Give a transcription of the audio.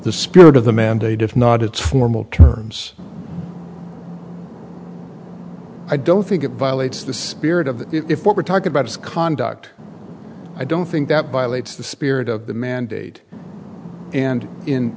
the spirit of the mandate if not it's formal terms i don't think it violates the spirit of if what we're talking about is conduct i don't think that violates the spirit of the mandate and in